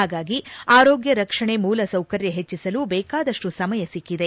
ಪಾಗಾಗಿ ಆರೋಗ್ನ ರಕ್ಷಣೆ ಮೂಲಸೌಕರ್ಯ ಪೆಚ್ಚಿಸಲು ಬೇಕಾದಷ್ಟು ಸಮಯ ಸಿಕ್ಕಿದೆ